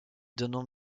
donnant